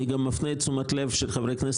אני גם מפנה את תשומת הלב של חברי הכנסת